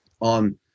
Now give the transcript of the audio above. on